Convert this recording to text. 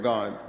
God